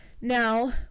Now